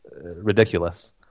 ridiculous